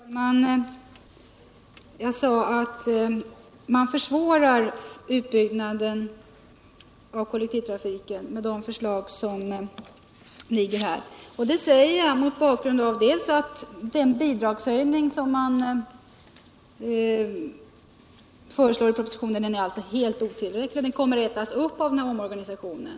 Herr talman! Jag sade att man försvårar utbyggnaden av kollektivtrafiken med de förslag som framförs i propositionen. Den bidragshöjning som föreslås i propositionen är helt otillräcklig. Den kommer att ätas upp av omorganisationen.